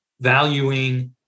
valuing